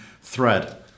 thread